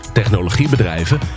technologiebedrijven